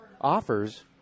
offers